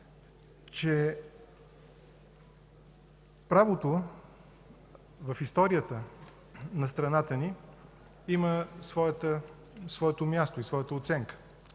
че правото в историята на страната ни има своето място и оценка.